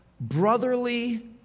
brotherly